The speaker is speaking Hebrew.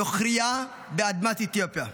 נוכרייה, באדמת אתיופיה.